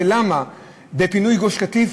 ולמה בפינוי גוש-קטיף,